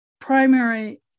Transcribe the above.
primary